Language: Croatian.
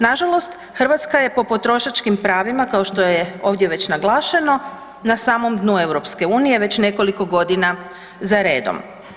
Nažalost, Hrvatska je po potrošačkim pravima kao što je ovdje već naglašeno, na samom dnu EU-a, već nekoliko godina za redom.